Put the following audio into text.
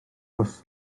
bws